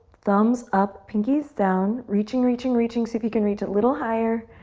thumbs up, pinkies down, reaching, reaching, reaching. see if you can reach a little higher,